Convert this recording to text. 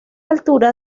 altura